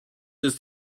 ist